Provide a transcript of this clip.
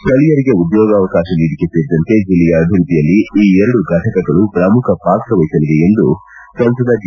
ಸ್ಥಳಿಯರಿಗೆ ಉದ್ಯೋಗಾವಕಾಶ ನೀಡಿಕೆ ಸೇರಿದಂತೆ ಜಿಲ್ಲೆಯ ಅಭಿವೃದ್ಧಿಯಲ್ಲಿ ಈ ಎರಡು ಘಟಕಗಳು ಪ್ರಮುಖ ಪಾತ್ರ ವಹಿಸಲಿವೆ ಎಂದು ಸಂಸದ ಜಿ